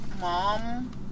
mom